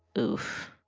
oof.